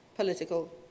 political